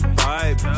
vibe